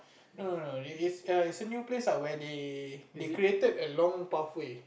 no no no it's a it's a new place lah where they they created a long pathway